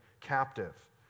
captive